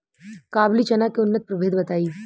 काबुली चना के उन्नत प्रभेद बताई?